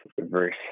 verse